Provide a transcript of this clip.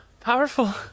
powerful